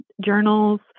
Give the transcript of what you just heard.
journals